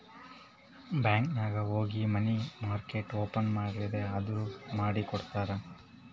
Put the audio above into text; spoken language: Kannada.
ಬ್ಯಾಂಕ್ ನಾಗ್ ಹೋಗಿ ಮನಿ ಮಾರ್ಕೆಟ್ ಓಪನ್ ಮಾಡ್ರಿ ಅಂದುರ್ ಮಾಡಿ ಕೊಡ್ತಾರ್